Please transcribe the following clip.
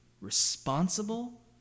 responsible